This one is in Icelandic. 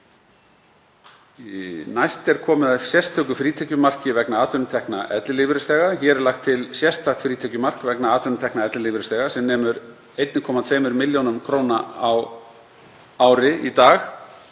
Næst er komið að sérstöku frítekjumarki vegna atvinnutekna ellilífeyrisþega. Hér er lagt til sérstakt frítekjumark vegna atvinnutekna ellilífeyrisþega sem nemur 1,2 millj. kr. á ári í dag